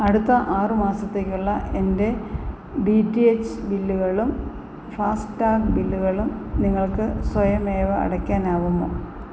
അടുത്ത ആറ് മാസത്തേക്കുള്ള എന്റെ ഡീ റ്റീ എച്ച് ബില്ലുകളും ഫാസ്റ്റാഗ് ബില്ലുകളും നിങ്ങൾക്ക് സ്വയമേവ അടയ്ക്കാനാകുമോ